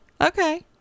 okay